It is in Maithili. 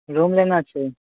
रूम लेना छै